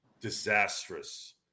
disastrous